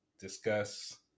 discuss